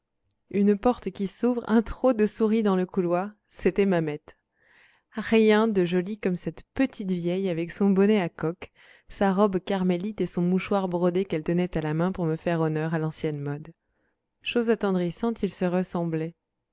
une porte qui s'ouvre un trot de souris dans le couloir c'était mamette rien de joli comme cette petite vieille avec son bonnet à coque sa robe carmélite et son mouchoir brodé qu'elle tenait à la main pour me faire honneur à l'ancienne mode chose attendrissante ils se ressemblaient